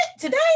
Today